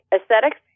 aesthetics